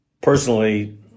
personally